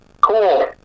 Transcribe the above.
Cool